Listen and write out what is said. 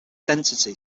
density